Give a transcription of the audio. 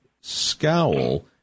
scowl